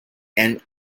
and